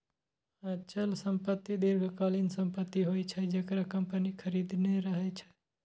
अचल संपत्ति दीर्घकालीन संपत्ति होइ छै, जेकरा कंपनी खरीदने रहै छै